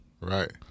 Right